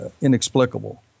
inexplicable